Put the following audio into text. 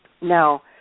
Now